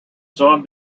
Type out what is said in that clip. sohn